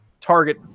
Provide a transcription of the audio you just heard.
target